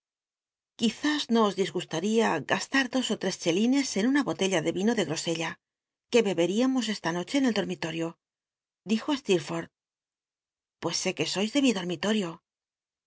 quizás no os di guslaria gaslnr dos ó tres chelines en una botella de rino de s'o ella que bcbel'iamos esla noche en el dormilol'io dijo slecr'fol h pues sé que sois de mi dormitorio